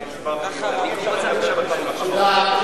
על הישיבות, אני קיבלתי כמה פניות, תודה,